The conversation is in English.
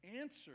answer